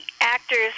actors